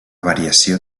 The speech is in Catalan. variació